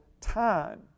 time